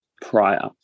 prior